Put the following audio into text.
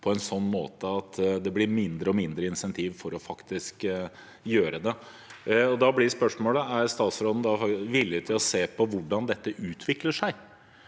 på en sånn måte at det blir mindre og mindre insentiv for faktisk å gjøre det. Da blir spørsmålet: Er statsråden villig til å se på hvordan dette utvikler seg,